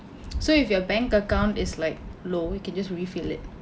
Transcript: so if your bank account is like low you can just refill it